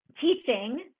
teaching